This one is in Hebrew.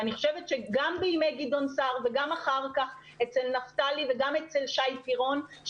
אני חושבת שגם בימי גדעון סער וגם אחר כך אצל נפתלי וגם אצל שי פירון,